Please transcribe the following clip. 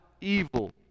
evil